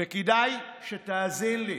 וכדאי שתאזין לי.